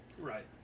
Right